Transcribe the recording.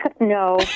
no